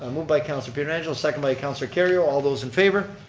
and moved by counselor pietrangelo. second by counselor kerrio. all those in favor.